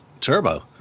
Turbo